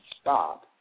stop